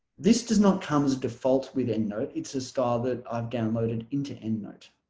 this does not come as a default with endnote it's a style that i've downloaded into endnote.